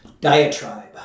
diatribe